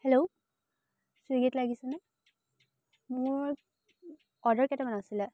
hello ছুইগীত লাগিছেনে মোৰ অৰ্ডাৰ কেইটামান আছিলে